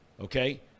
Okay